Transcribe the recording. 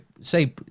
say